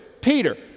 Peter